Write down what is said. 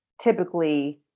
typically